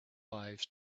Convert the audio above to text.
lives